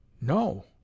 No